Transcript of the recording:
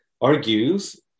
argues